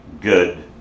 good